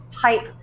type